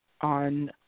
on